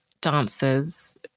dancers